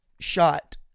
shot